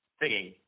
singing